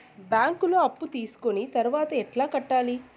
బ్యాంకులో అప్పు తీసుకొని తర్వాత ఎట్లా కట్టాలి?